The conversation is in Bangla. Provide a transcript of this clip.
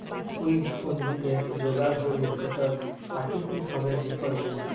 উইড উদ্ভিদের যগাল হ্যইলে সেট পাকিতিক ভাবে বিপর্যয়ী